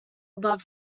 above